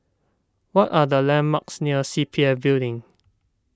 what are the landmarks near C P F Building